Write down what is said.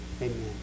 amen